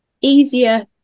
easier